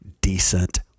decent